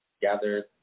gathered